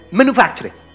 manufacturing